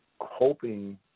hoping